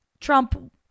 Trump